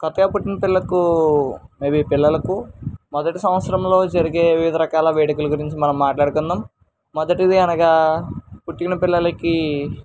కొత్తగా పుట్టిన పిల్లలకు మేబి పిల్లలకు మొదటి సంవత్సరంలో జరిగే వివిధ రకాల వేడుకలు గురించి మనం మాట్లాడుకుందాం మొదటిది అనగా పుట్టిన పిల్లలకి